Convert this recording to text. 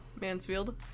mansfield